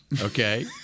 okay